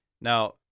Now